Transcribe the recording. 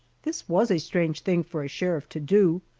this was a strange thing for a sheriff to do,